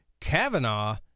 Kavanaugh